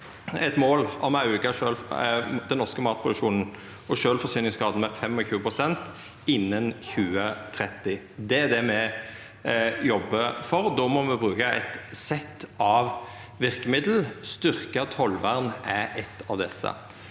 eit mål om å auka den norske matproduksjonen og sjølvforsyningsgraden med 25 pst. innan 2030. Det er det me jobbar for. Då må me bruka eit sett av verkemiddel. Styrkt tollvern er eitt av desse.